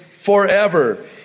forever